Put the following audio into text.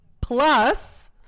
Plus